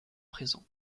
présent